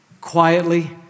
quietly